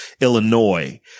Illinois